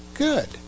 good